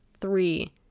three